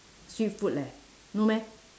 sweet food leh no meh